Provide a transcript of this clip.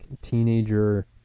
teenager